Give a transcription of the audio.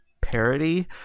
parody